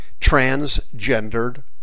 transgendered